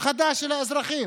הפחדה של האזרחים,